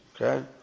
Okay